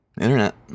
Internet